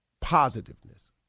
positiveness